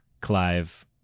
Clive